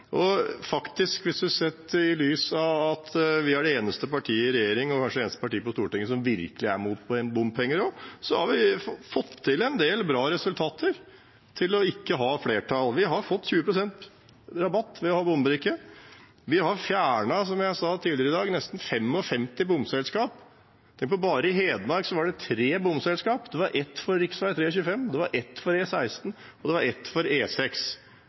Sett i lys av at vi er det eneste partiet i regjering, og kanskje også det eneste partiet på Stortinget, som virkelig er imot bompenger, har vi fått til en del bra resultater, til ikke å ha flertall. Vi har fått til 20 pst. rabatt ved å ha bombrikke. Vi har fjernet, som jeg sa tidligere i dag, nesten 55 bomselskap. Bare i Hedmark var det tre bomselskap. Det var ett for rv. 325, det var ett for E16, og det var ett for